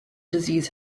disease